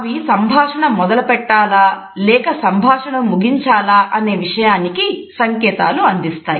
అవి సంభాషణ మొదలుపెట్టాలాలేక సంభాషణను ముగించాలా అనే విషయానికి సంకేతాలను అందిస్తాయి